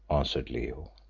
answered leo,